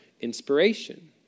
inspiration